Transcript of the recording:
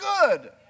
good